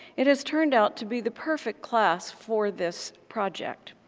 it has turned out to be the perfect class for this project.